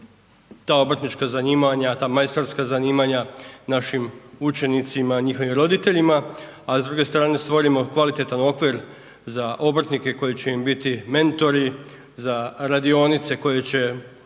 ta obrtnička zanimanja, ta majstorska zanimanja, našim učenicima i njihovim roditeljima a s druge stvorimo kvalitetan okvir za obrtnike koji će im biti mentori, za radionice u kojima će